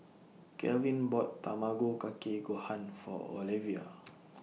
Calvin bought Tamago Kake Gohan For Olevia